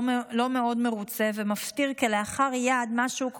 מאוד מרוצה ומפטיר כלאחר יד משהו כמו,